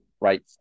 right